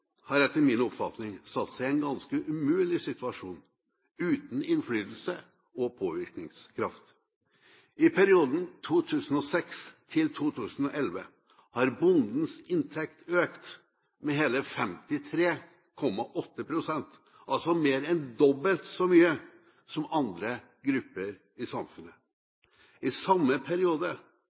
har etter min oppfatning satt seg i en ganske umulig situasjon uten innflytelse og påvirkningskraft. I perioden 2006–2011 har bondens inntekt økt med hele 53,8 pst. – altså mer enn dobbelt så mye som andre grupper i samfunnet. I samme periode